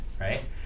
Right